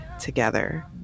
together